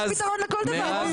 יש פתרון לכל דבר.